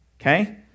Okay